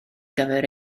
gyfer